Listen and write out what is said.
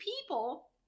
people